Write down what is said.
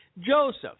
Joseph